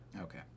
Okay